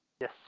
Yes